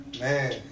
Man